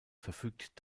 verfügt